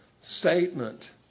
statement